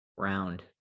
Round